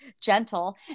gentle